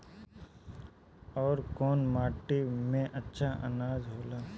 अवर कौन माटी मे अच्छा आनाज होला?